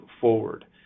forward